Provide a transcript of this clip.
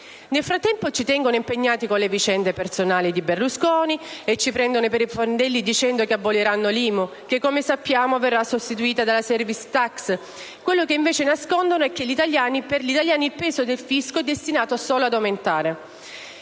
Nel frattempo, ci tengono impegnati con le vicende personali di Berlusconi e ci prendono per i fondelli dicendo che aboliranno l'IMU, che come sappiamo verrà sostituita dalla *service tax*; quello che invece nascondono è che per gli italiani il peso del fisco è destinato ad aumentare.